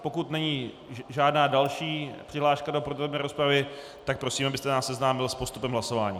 Pokud není žádná další přihláška do podrobné rozpravy, tak prosím, abyste nás seznámil s postupem hlasování.